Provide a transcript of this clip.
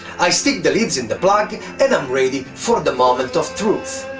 i stick the leads in the plug and i'm ready for the moment of truth!